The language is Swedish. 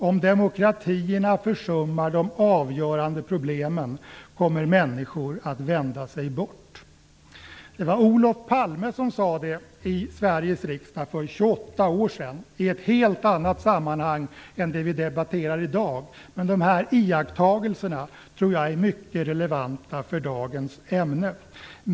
Om demokratierna försummar de avgörande problemen kommer människor att vända sig bort." Det var Olof Palme som sade det i Sveriges riksdag för 28 år sedan - i ett helt annat sammanhang än det vi debatterar i dag, men jag tror att de iakttagelserna är mycket relevanta för dagens ämne.